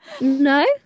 No